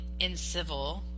incivil